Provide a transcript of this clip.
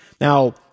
now